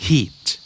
Heat